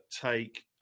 take